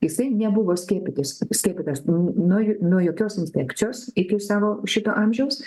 jisai nebuvo skiepytis skiepytas nu nuo jokios infekcijos iki savo šito amžiaus